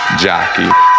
jockey